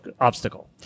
obstacle